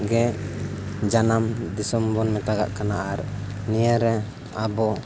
ᱜᱮ ᱡᱟᱱᱟᱢ ᱫᱤᱥᱚᱢ ᱵᱚᱱ ᱢᱮᱛᱟᱜᱟᱜ ᱠᱟᱱᱟ ᱟᱨ ᱱᱤᱭᱟᱹᱨᱮ ᱟᱵᱚ